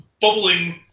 bubbling